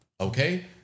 okay